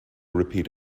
repeat